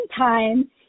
time